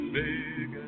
big